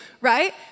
right